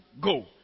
go